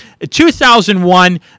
2001